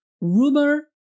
rumor